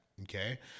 Okay